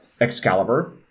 Excalibur